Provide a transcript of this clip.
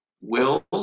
wills